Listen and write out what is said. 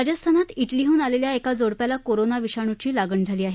राजस्थानात इटलीहून आलखा एका जोडप्याला कोरोना विषाणुची लागण झाली आहे